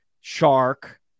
Shark